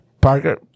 Parker